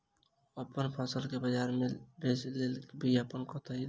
अप्पन फसल केँ बजार मे बेच लेल विज्ञापन कतह दी?